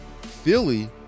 Philly